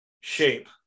shape